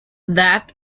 that